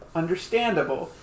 understandable